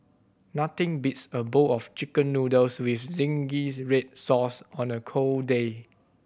nothing beats a bowl of Chicken Noodles with zingy red sauce on a cold day